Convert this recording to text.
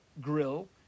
grill